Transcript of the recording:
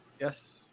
yes